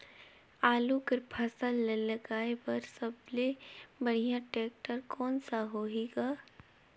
आलू कर फसल ल लगाय बर सबले बढ़िया टेक्टर कोन सा होही ग?